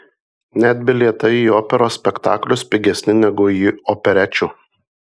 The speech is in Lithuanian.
net bilietai į operos spektaklius pigesni negu į operečių